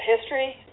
history